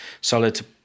solid